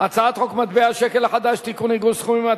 הצעת חוק מטבע השקל החדש (תיקון, עיגול סכומים),